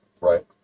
right